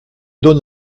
donne